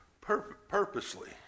purposely